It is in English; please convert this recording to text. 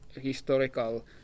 historical